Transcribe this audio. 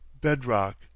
bedrock